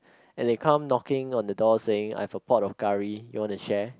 and they come knocking on the door saying I have a pot of curry you want to share